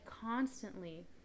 constantly